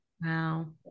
Wow